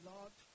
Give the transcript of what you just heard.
Lord